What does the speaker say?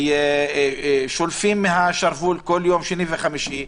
שולפים מהשרוול כל שני וחמישי,